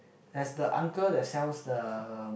there's the uncle that sells the